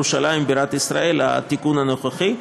ירושלים בירת ישראל" התיקון הנוכחי,